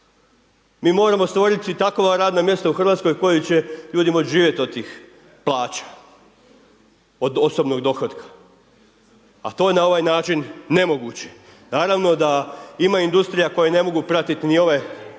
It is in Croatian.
Mi moramo stvoriti takva radna mjesta u Hrvatskoj od kojih će ljudi moći živjeti od tih plaća. Od osobnog dohotka a to na ovaj način nemoguće. Naravno da imaju industrija koje ne mogu pratiti ni ove